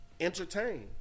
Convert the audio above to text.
entertain